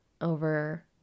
over